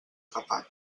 tapat